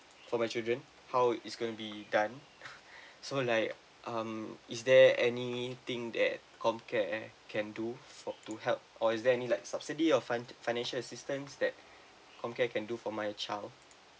for my children how is going to be done so like um is there any thing that comcare can do for to help or is there any like subsidy or fi~ financial assistance that comcare can do for my child